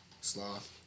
Sloth